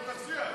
גברתי?